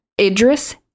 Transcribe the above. Idris